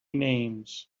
names